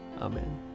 Amen